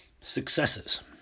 successes